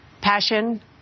passion